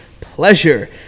pleasure